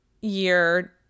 year